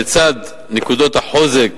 לצד נקודות החוזק